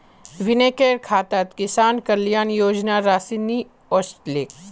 विनयकेर खातात किसान कल्याण योजनार राशि नि ओसलेक